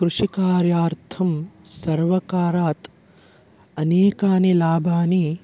कृषिकार्यार्थं सर्वकारात् अनेकानि लाभानि